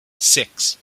six